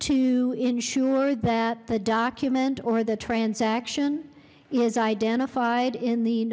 to ensure that the document or the transaction is identified in the